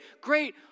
Great